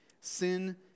sin